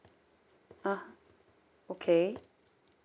ah okay